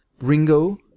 ringo